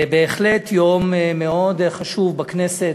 בהחלט יום מאוד חשוב בכנסת.